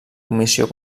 comissió